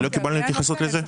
לא קיבלנו התייחסות לזה?